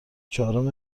چهارم